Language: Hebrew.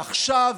עכשיו,